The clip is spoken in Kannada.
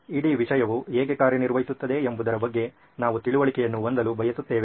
ಇಡೀ ವಿಷಯವು ಹೇಗೆ ಕಾರ್ಯನಿರ್ವಹಿಸುತ್ತದೆ ಎಂಬುದರ ಬಗ್ಗೆ ನಾವು ತಿಳುವಳಿಕೆಯನ್ನು ಹೊಂದಲು ಬಯಸುತ್ತೇವೆ